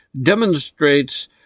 demonstrates